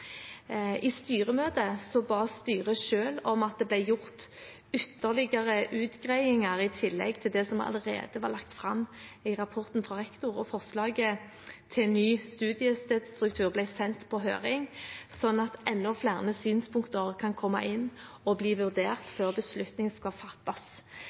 I styremøtet ba styret selv om at det ble gjort ytterligere utgreiinger i tillegg til det som allerede var lagt fram i rapporten fra rektor, og forslaget til ny studiestedstruktur er sendt på høring slik at enda flere synspunkter kan komme inn og bli vurdert før beslutning skal fattes.